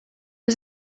was